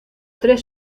tres